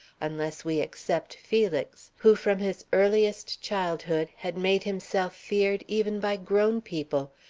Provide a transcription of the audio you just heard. unless we except felix, who from his earliest childhood had made himself feared even by grown people,